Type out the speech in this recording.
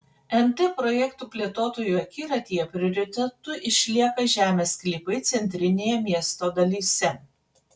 nt projektų plėtotojų akiratyje prioritetu išlieka žemės sklypai centrinėje miesto dalyse